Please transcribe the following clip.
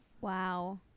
wow